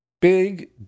Big